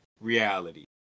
reality